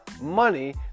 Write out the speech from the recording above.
money